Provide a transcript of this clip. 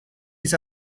each